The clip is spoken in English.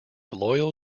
loyal